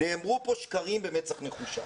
נאמרו פה שקרים במצח נחושה.